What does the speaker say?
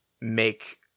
make